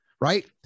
right